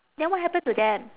then what happen to them